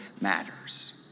matters